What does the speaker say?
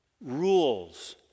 Rules